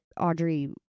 Audrey